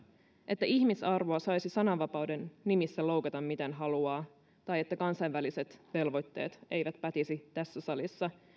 että ihmisarvoa saisi sananvapauden nimissä loukata miten haluaa tai että kansainväliset velvoitteet eivät pätisi tässä salissa